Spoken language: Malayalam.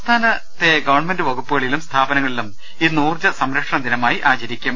സംസ്ഥാനത്തെ ഗവൺമെന്റ് വകുപ്പുകളിലും സ്ഥാപനങ്ങളിലും ഇന്ന് ഊർജ്ജസംരക്ഷണ ദിനമായി ആചരിക്കും